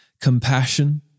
Compassion